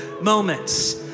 moments